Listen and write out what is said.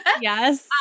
Yes